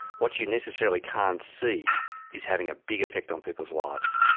what you necessarily can't see is having a big effect on people's lives.